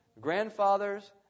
grandfathers